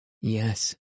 Yes